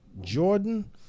Jordan